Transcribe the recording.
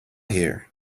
here